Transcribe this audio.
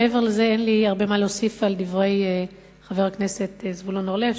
מעבר לזה אין לי הרבה מה להוסיף על דברי חבר הכנסת זבולון אורלב,